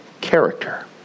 character